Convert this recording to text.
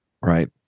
Right